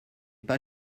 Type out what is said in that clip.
pas